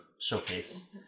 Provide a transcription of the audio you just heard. showcase